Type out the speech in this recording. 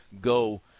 go